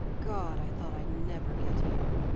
gawd, i thought i'd never get here!